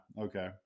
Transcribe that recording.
okay